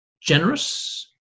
generous